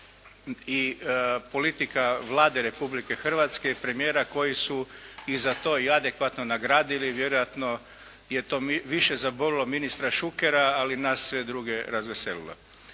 i politika Vlade Republike Hrvatske i premijera koji su ih za to i adekvatno nagradili. Vjerojatno je to više zabolilo ministra Šukera, ali nas sve druge razveselilo.